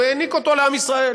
הוא העניק אותו לעם ישראל,